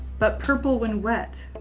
but purple when wet?